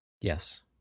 Yes